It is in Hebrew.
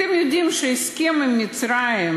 אתם יודעים על ההסכם עם מצרים,